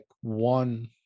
one